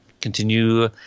continue